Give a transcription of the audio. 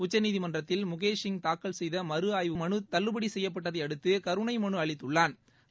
உச்சநீதிமன்றத்தில் முகேஷ் சிங் தாக்கல் செய்த மறு ஆய்வு மேல் முறையீட்டு மனு தள்ளுபடி செய்யப்பட்டதை அடுத்து கருணை மனு அளித்துள்ளாள்